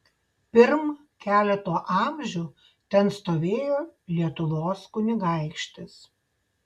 pirm keleto amžių ten stovėjo lietuvos kunigaikštis